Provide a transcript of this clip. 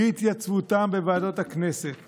אי-התייצבותם בוועדות הכנסת